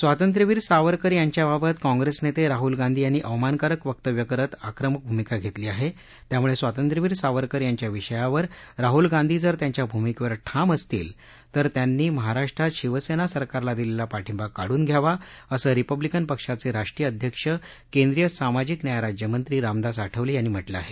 स्वातंत्र्यवीर सावरकर यांच्याबाबत काँग्रेस नेते राहूल गांधी यांनी अवमानकारक वक्तव्य करीत आक्रमक भूमिका घेतली आहे त्यामुळे स्वातंत्र्यवीर सावरकर यांच्या विषयावर राहुल गांधी जर त्यांच्या भूमिकेवर ठाम असतील तर त्यांनी महाराष्ट्रात शिवसेना सरकारला दिलेला पाठिंबा काढून घ्यावा असं रिपब्लिकन पक्षाचे राष्ट्रीय अध्यक्ष केंद्रीय सामाजिक न्याय राज्यमंत्री रामदास आठवले यांनी म्हटलं आहे